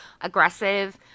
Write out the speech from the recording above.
aggressive